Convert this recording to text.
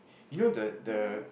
you know the the